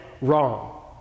wrong